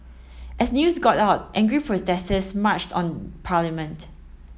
as news got out angry protesters marched on parliament